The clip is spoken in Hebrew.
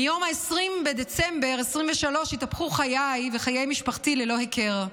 מיום 20 בדצמבר 2023 התהפכו חיי וחיי משפחתי ללא הכר.